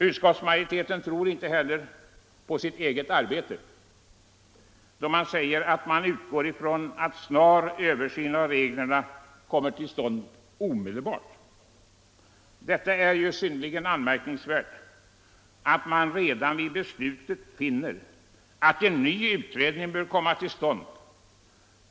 Utskottsmajoriteten tror inte heller på sitt eget arbete, då man säger att man utgår från att en översyn av reglerna kommer till stånd omedelbart. Det är ju synnerligen anmärkningsvärt att man redan vid beslutet finner att en ny utredning bör komma till stånd.